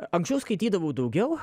anksčiau skaitydavau daugiau